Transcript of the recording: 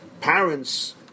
Parents